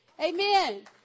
Amen